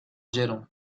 oyeron